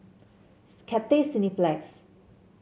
Cathay Cineplex